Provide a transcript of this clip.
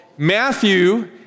Matthew